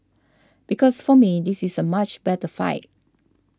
because for me this is a much better fight